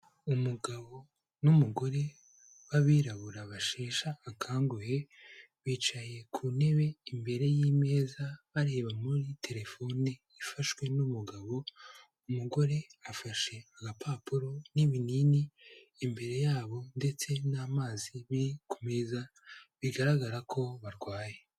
Umugabo n'umugore b'abirabura basheshe akanguhe, bicaye ku ntebe imbere y'imeza bareba muri telefone ifashwe n'umugabo, umugore afashe agapapuro n'ibinini imbere yabo, ndetse n'amazi biri ku meza, bigaragara ko barwaye.